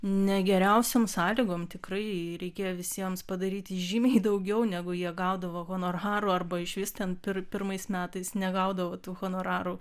ne geriausiom sąlygom tikrai reikėjo visiems padaryti žymiai daugiau negu jie gaudavo honorarų arba išvis ten pir pirmais metais negaudavo tų honorarų